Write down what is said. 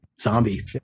zombie